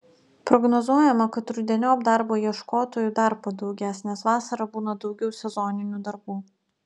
prognozuojama kad rudeniop darbo ieškotojų dar padaugės nes vasarą būna daugiau sezoninių darbų